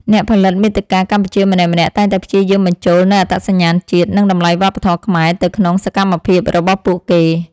អ្នកផលិតមាតិកាកម្ពុជាម្នាក់ៗតែងតែព្យាយាមបញ្ចូលនូវអត្តសញ្ញាណជាតិ និងតម្លៃវប្បធម៌ខ្មែរទៅក្នុងសកម្មភាពរបស់ពួកគេ។